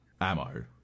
ammo